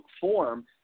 form